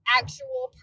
actual